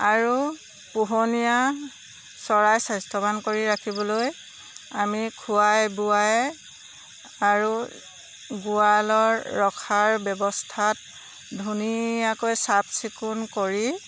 আৰু পোহনীয়া চৰাই স্বাস্থ্যৱান কৰি ৰাখিবলৈ আমি খোৱাই বোৱাই আৰু গোৱালৰ ৰখাৰ ব্যৱস্থাত ধুনীয়াকৈ চাফ চিকুণ কৰি